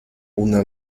una